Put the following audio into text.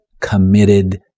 committed